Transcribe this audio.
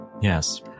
Yes